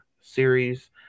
series